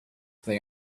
they